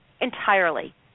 entirely